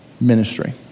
ministry